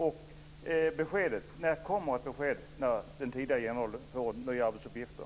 När kommer ett besked om när den tidigare generaldirektören får nya arbetsuppgifter?